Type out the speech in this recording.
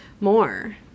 more